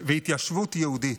התיישבות יהודית.